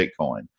Bitcoin